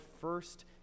first